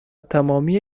تمامی